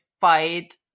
fight